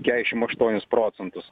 kedišimt aštuonis procentus